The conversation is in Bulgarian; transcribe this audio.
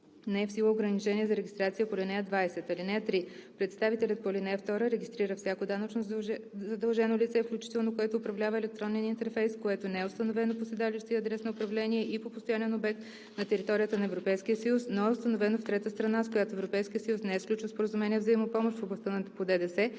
не е в сила ограничение за регистрация по ал. 20. (3) Представителят по ал. 2 регистрира всяко данъчно задължено лице, включително което управлява електронен интерфейс, което не е установено по седалище и адрес на управление и по постоянен обект на територията на Европейския съюз, но е установено в трета страна, с която Европейският съюз не е сключил споразумение за взаимопомощ в областта по ДДС,